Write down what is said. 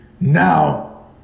Now